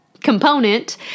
component